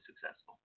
successful